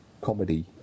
comedy